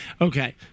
Okay